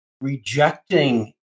rejecting